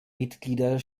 mitglieder